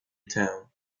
town